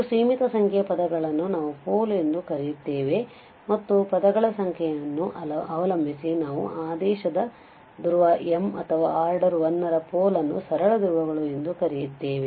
ಇದು ಸೀಮಿತ ಸಂಖ್ಯೆಯ ಪದಗಳನ್ನು ನಾವು ಪೋಲ್ ಎಂದು ಕರೆಯುತ್ತೇವೆ ಮತ್ತು ಪದಗಳ ಸಂಖ್ಯೆಯನ್ನು ಅವಲಂಬಿಸಿ ನಾವು ಆದೇಶದ ಧ್ರುವ m ಅಥವಾ ಆರ್ಡರ್ 1 ರ ಪೋಲ್ ಅನ್ನು ಸರಳ ಧ್ರುವಗಳು ಎಂದು ಕರೆಯುತ್ತೇವೆ